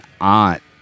aunt